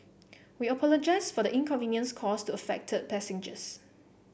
we apologise for the inconvenience caused to affected passengers